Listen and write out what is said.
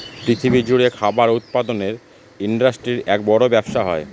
পৃথিবী জুড়ে খাবার উৎপাদনের ইন্ডাস্ট্রির এক বড় ব্যবসা হয়